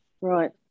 Right